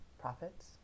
profits